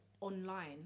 online